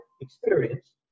experience